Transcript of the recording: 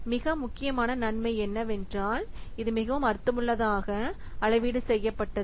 மிக முக்கியமான நன்மை என்னவென்றால் இது மிகவும் அர்த்தமுள்ளதாக அளவீடு செய்யப்பட்டது